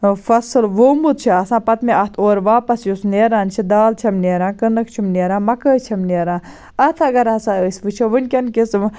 فصل وومُت چھُ آسان پَتہٕ مےٚ اتھ اورٕ واپَس یُس نیران چھِ دال چھَم نیران کٕنک چھُم نیران مَکٲے چھَم نیران اَتھ اگر ہَسا أسۍ وٕچھو وٕنکیٚن کِس